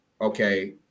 okay